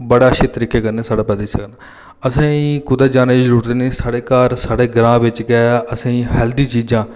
बड़ा अच्छे तरीके कन्नै साढ़ा बधी सकदा असें ई कुतै जाने दी जरूरत नेईं साढ़े घर साढ़े ग्रां बिच गै असें ई हैल्दी चीजां